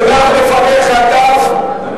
מונח לפניך דף,